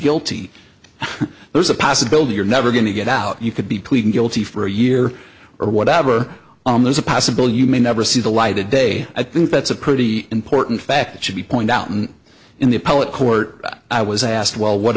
guilty there's a possibility you're never going to get out you could be pleading guilty for a year or whatever on there's a possible you may never see the light of day i think that's a pretty important fact it should be pointed out in the appellate court i was asked well what